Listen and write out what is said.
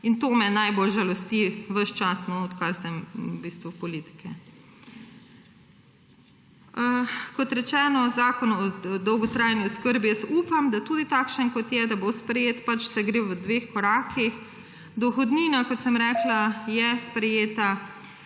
To me najbolj žalosti ves čas, odkar sem v politiki. Kot rečeno, zakon o dolgotrajni oskrbi. Upam, da bo tudi takšen, kot je, sprejet, saj gre v dveh korakih. Dohodnina, kot sem rekla, je sprejeta.